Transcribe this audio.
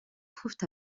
trouvent